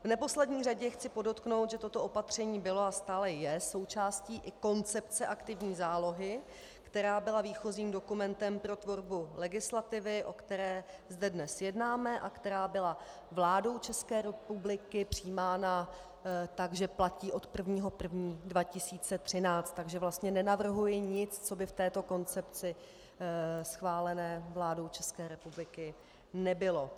V neposlední řadě chci podotknout, že toto opatření bylo a stále je součástí i koncepce aktivní zálohy, která byla výchozím dokumentem pro tvorbu legislativy, o které zde dnes jednáme a která byla vládou České republiky přijímána tak, že platí od 1. 1. 2013, takže vlastně nenavrhuji nic, co by v této koncepci schválené vládou České republiky nebylo.